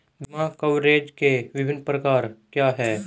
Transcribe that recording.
बीमा कवरेज के विभिन्न प्रकार क्या हैं?